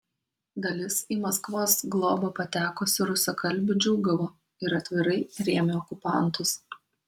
dalis į maskvos globą patekusių rusakalbių džiūgavo ir atvirai rėmė okupantus